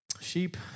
Sheep